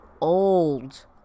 old